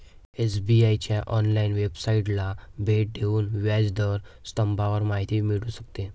SBI च्या online वेबसाइटला भेट देऊन व्याज दर स्तंभावर माहिती मिळू शकते